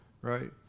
right